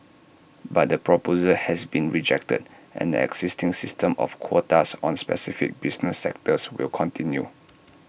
but the proposal has been rejected and the existing system of quotas on specific business sectors will continue